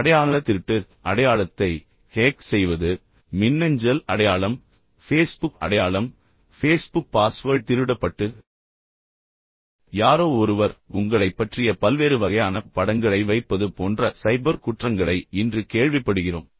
அடையாள திருட்டு அடையாளத்தை ஹேக் செய்வது மின்னஞ்சல் அடையாளம் ஃபேஸ்புக் அடையாளம் ஃபேஸ்புக் பாஸ்வேர்ட் திருடப்பட்டு யாரோ ஒருவர் உங்களைப் பற்றிய பல்வேறு வகையான படங்களை வைப்பது போன்ற சைபர் குற்றங்களை இன்று கேள்விப்படுகிறோம்